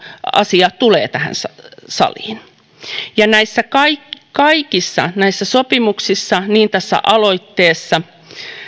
asia tulee tähän saliin ja kaikissa näissä sopimuksissa niin myös tässä aloitteessa